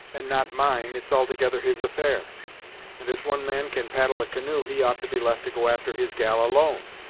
and not mine, it's altogether his affair and as one man can paddle a canoe he ought to be left to go after his gal alone!